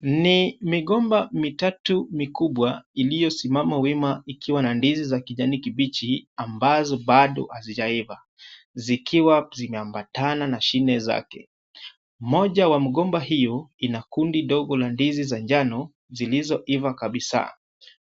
Ni migomba mitatu mikubwa iliyosimama wima ikiwa na ndizi za kijani kibichi ambazo bado hazijaiva. Zikiwa zimeambatana na shine zake. Moja wa mgomba hiyo ina kundi dogo la ndizi za njano zilizoiva kabisa.